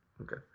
Okay